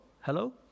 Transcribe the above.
hello